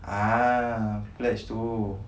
ah pledge tu